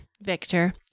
Victor